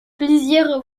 plusieurs